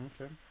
Okay